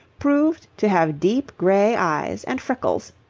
proved to have deep grey eyes and freckles.